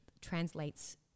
translates